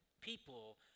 people